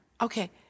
Okay